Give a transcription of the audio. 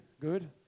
Good